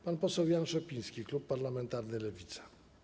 Pan poseł Jan Szopiński, klub parlamentarny Lewica.